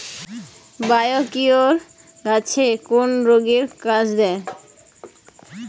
Biocure গাছের কোন রোগে কাজেদেয়?